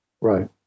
Right